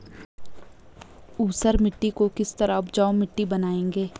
ऊसर मिट्टी को किस तरह उपजाऊ मिट्टी बनाएंगे?